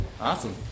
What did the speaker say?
Awesome